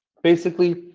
basically,